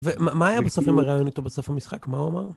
ומה היה בסוף עם הראיון איתו בסוף המשחק? מה הוא אמר?